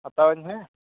ᱦᱟᱛᱟᱣ ᱤᱧ ᱢᱮ